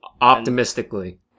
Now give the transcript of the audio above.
Optimistically